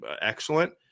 excellent